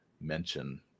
mention